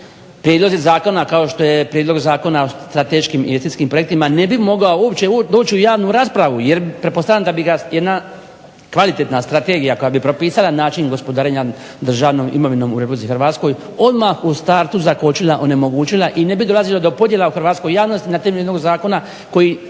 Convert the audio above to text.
prijedlozi zakona kao što je Prijedlog zakona o strateškim i estetskih projektima ne bi mogao uopće doći u javnu raspravu jer pretpostavljam da bi ga jedna kvalitetna strategija koja bi propisala način gospodarenja državnom imovinom u RH odmah u startu zakočila onemogućila i ne bi dolazilo do podjela u hrvatskoj javnosti na temelju jednog zakona koji